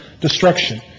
destruction